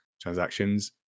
transactions